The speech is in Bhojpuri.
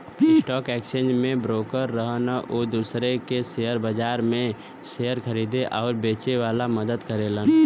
स्टॉक एक्सचेंज में ब्रोकर रहन उ दूसरे के शेयर बाजार में शेयर खरीदे आउर बेचे में मदद करेलन